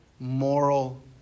moral